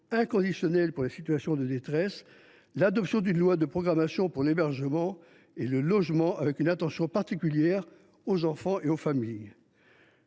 inconditionnel aux personnes en situation de détresse, et l’adoption d’une loi de programmation pour l’hébergement et le logement, en portant une attention particulière aux enfants et aux familles.